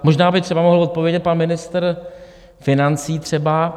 Možná by třeba mohl odpovědět pan ministr financí, třeba?